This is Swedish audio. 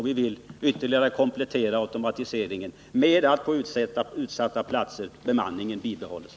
Vi vill ytterligare komplettera de automatiserade fyrarna och föreslår därför att fyrar på utsatta platser får behålla sin bemanning.